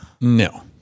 No